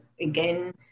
again